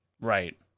Right